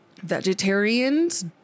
vegetarians